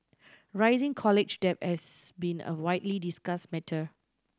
rising college debt has been a widely discussed matter